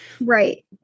Right